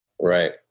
Right